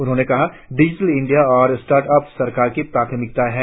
उन्होंने कहा digital India और स्टार्ट अप्स सरकार की प्राथमिकताएं हैं